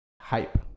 Hype